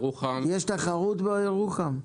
יש תחרות בירוחם?